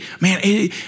Man